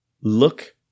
look